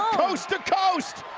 coast to coast.